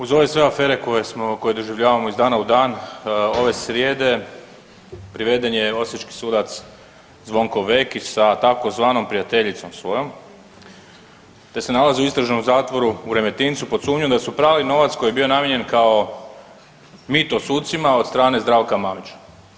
Uz ove sve afere koje doživljavamo iz dana u dan ove srijede priveden je osječki sudac Zvonko Vekić sa tzv. prijateljicom svojom te se nalazi u Istražnom zatvoru u Remetincu pod sumnjom da su prali novac koji je bio namijenjen kao mito sucima od strane Zdravka Mamića.